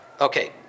Okay